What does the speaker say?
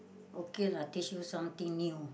okay lah teach you something new